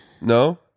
No